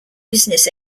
business